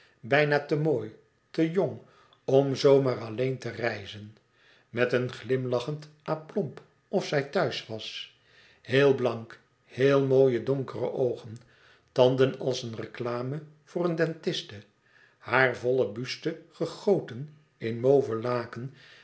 bijna te mooi te jong om zoo maar alleen te reizen met een glimlachend aplomb of zij thuis was heel blank heel mooie donkere oogen tanden als een reclame voor een dentiste haar volle buste gegoten in mauve laken